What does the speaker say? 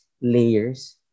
layers